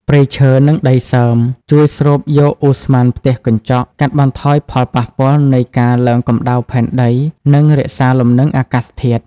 ព្រៃឈើ និងដីសើម ជួយស្រូបយកឧស្ម័នផ្ទះកញ្ចក់ កាត់បន្ថយផលប៉ះពាល់នៃការឡើងកំដៅផែនដី និងរក្សាលំនឹងអាកាសធាតុ។